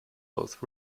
both